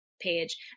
page